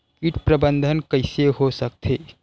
कीट प्रबंधन कइसे हो सकथे?